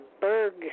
Berg